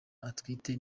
atwite